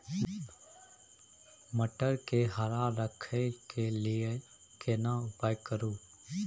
मटर के हरा रखय के लिए केना उपाय करू?